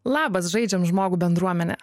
labas žaidžiam žmogų bendruomene